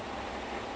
ya